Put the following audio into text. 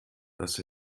dass